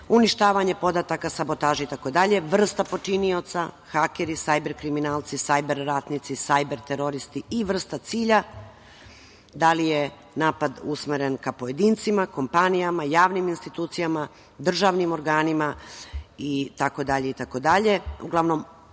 uništavanje podataka, sabotaža itd, vrsta počinioca, hakeri, sajber kriminalci, sajber ratnici, sajber teroristi i vrsta cilja, da li je napad usmeren ka pojedincima, kompanijama, javnim institucijama, državnim organima itd.